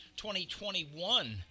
2021